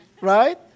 Right